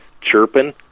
chirping